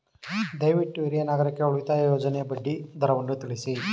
ದಯವಿಟ್ಟು ಹಿರಿಯ ನಾಗರಿಕರ ಉಳಿತಾಯ ಯೋಜನೆಯ ಬಡ್ಡಿ ದರವನ್ನು ತಿಳಿಸಿ